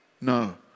No